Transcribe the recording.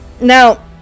Now